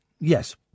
Yes